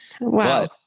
Wow